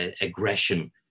aggression